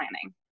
planning